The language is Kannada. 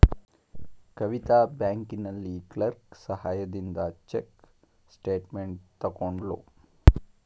ಕವಿತಾ ಬ್ಯಾಂಕಿನಲ್ಲಿ ಕ್ಲರ್ಕ್ ಸಹಾಯದಿಂದ ಚೆಕ್ ಸ್ಟೇಟ್ಮೆಂಟ್ ತಕ್ಕೊದ್ಳು